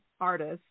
artists